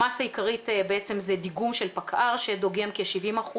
המסה העיקרית זה דיגום של פקע"ר שדוגם כ-70%